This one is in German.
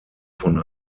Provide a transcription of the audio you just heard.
von